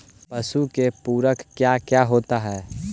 पशु के पुरक क्या क्या होता हो?